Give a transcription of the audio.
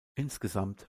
insgesamt